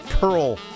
Pearl